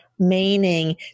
meaning